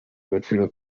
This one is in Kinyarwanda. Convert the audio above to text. agaciro